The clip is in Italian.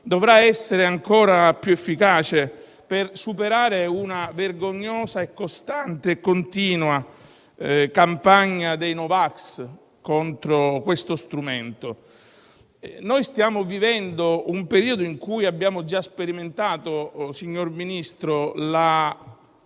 dovrà essere ancora più efficace per superare la vergognosa, costante e continua campagna dei *no vax* contro tale strumento. Stiamo vivendo un periodo in cui abbiamo già sperimentato, signor Ministro, la